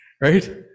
right